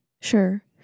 sure